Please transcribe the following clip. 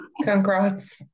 congrats